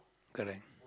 correct